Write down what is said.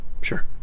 Sure